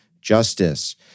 justice